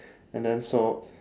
and then so